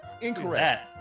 Incorrect